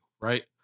Right